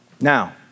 Now